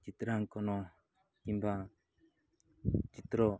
ଚିତ୍ରାଙ୍କନ କିମ୍ବା ଚିତ୍ର